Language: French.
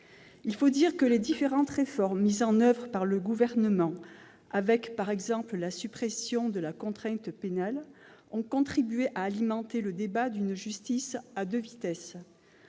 Il faut dire que les différentes réformes mises en oeuvre par le Gouvernement- par exemple, la suppression de la contrainte pénale -ont contribué à alimenter le débat sur une justice à deux vitesses,